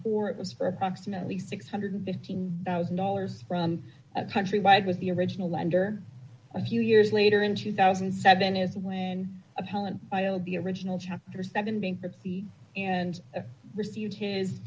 four it was for approximately six hundred and fifteen thousand dollars from at countrywide with the original lender a few years later in two thousand and seven is when appellant the original chapter seven bankruptcy and received his